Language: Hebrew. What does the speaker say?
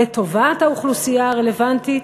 לטובת האוכלוסייה הרלוונטית,